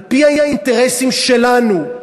על-פי האינטרסים שלנו,